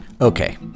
Okay